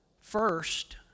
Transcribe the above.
first